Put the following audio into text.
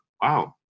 wow